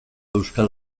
euskal